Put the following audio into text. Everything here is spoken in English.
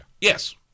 Yes